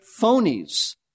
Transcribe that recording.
phonies